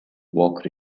walk